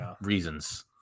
reasons